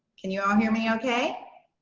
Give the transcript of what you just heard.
can you all hear me okay?